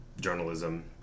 journalism